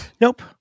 Nope